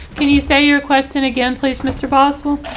can you say your question again please mister possible?